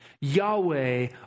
Yahweh